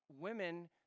Women